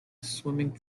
swimming